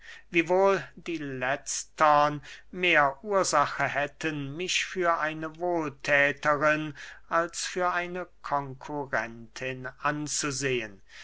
wiewohl die letztern mehr ursache hätten mich für eine wohlthäterin als für eine konkurrentin anzusehen